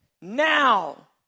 Now